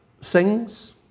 sings